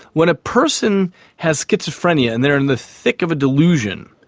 when a person has schizophrenia and they are in the thick of a delusion,